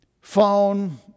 phone